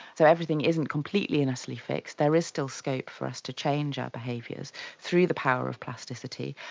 so everything isn't completely and utterly fixed, there is still scope for us to change our behaviours through the power of plasticity,